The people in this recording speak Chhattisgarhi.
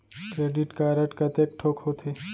क्रेडिट कारड कतेक ठोक होथे?